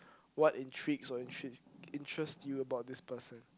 what intrigues or intrigues interests you about this person